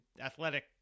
athletic